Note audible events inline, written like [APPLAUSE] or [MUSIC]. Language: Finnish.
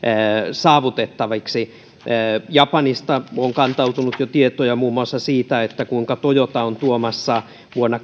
saavutettaviksi japanista on jo kantautunut tietoja muun muassa siitä kuinka toyota on tuomassa vuonna [UNINTELLIGIBLE]